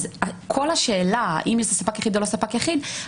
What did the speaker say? אז כל השאלה האם זה ספק יחיד או לא ספק יחיד,